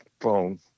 phone